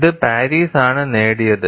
ഇത് പാരീസാണ് നേടിയത്